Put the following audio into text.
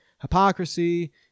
hypocrisy